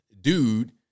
dude